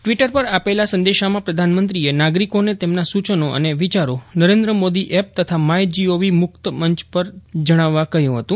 Twitter પર આપેલા સંદેશામાં પ્રધાનમંત્રીએ નાગરિકોને તેમના સૂચનો અને વિચારો નરેન્દ્ર મોદી એપ તથા માય જીઓવી મુક્ત મંચ ઉપર જણાવવા કહ્યું હતું